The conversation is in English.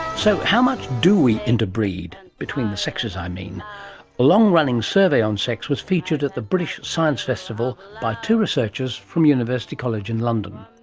so how much do we interbreed, between the sexes i mean? a long-running survey on sex was featured at the british science festival by two researchers from university college and london.